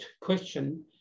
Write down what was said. question